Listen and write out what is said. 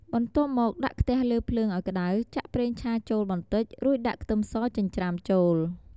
បន្ទាប់មកដាក់ខ្ទះលើភ្លើងឱ្យក្តៅ ចាក់ប្រេងឆាចូលបន្តិច រួចដាក់ខ្ទឹមសចិញ្ច្រាំចូល ។